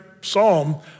psalm